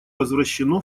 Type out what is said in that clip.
возвращено